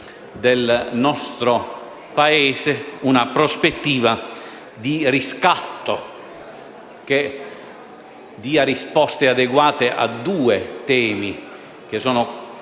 del nostro Paese, una prospettiva di riscatto che dia risposte adeguate ai temi della